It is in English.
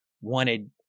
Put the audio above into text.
wanted